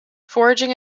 foraging